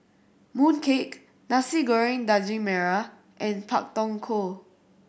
Mooncake Nasi Goreng Daging Merah and Pak Thong Ko